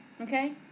Okay